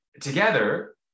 together